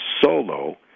solo